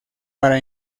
para